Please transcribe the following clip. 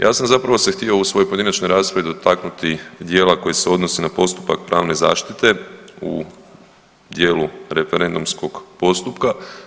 Ja sam zapravo se htio u svojoj pojedinačnoj raspravi dotaknuti dijela koji se odnosi na postupak pravne zaštite u dijelu referendumskog postupka.